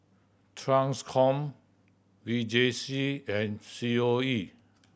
Transcom V J C and C O E